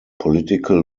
political